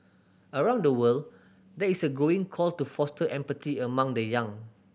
around the world there is a growing call to foster empathy among the young